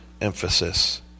emphasis